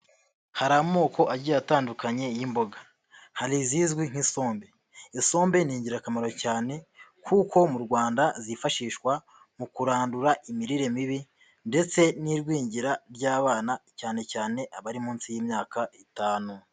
Hari amoko agiye atandukanye y'imboga hari izizwi nk'isombe, isombe ni ingirakamaro cyane kuko mu Rwanda zifashishwa mu kurandura imirire mibi ndetse n'igwingira ry'abana cyane cyane abari munsi y'imyaka itanu.